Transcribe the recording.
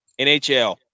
NHL